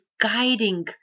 guiding